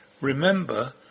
Remember